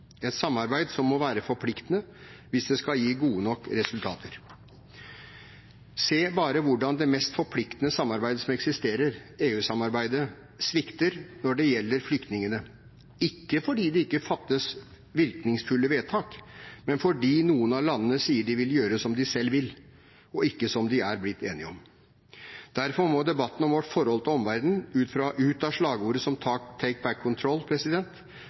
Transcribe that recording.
et samarbeid som må være forpliktende hvis det skal gi gode nok resultater. Se bare hvordan det mest forpliktende samarbeidet som eksisterer, EU-samarbeidet, svikter når det gjelder flyktningene – ikke fordi det ikke fattes virkningsfulle vedtak, men fordi noen av landene sier de vil gjøre som de selv vil, og ikke det de er blitt enige om. Derfor må debatten om vårt forhold til omverdenen ut av slagordet